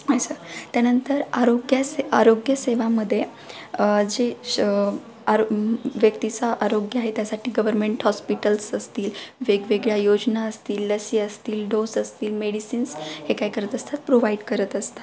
असं त्यानंतर आरोग्य स आरोग्यसेवामध्ये जे श आरो व्यक्तीचा आरोग्य आहे त्यासाठी गवर्मेंट हॉस्पिटल्स असतील वेगवेगळ्या योजना असतील लसी असतील डोस असतील मेडिसिन्स हे काय करत असतात प्रोवाइड करत असतात